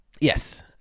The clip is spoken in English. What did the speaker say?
Yes